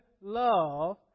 love